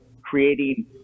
creating